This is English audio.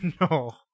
No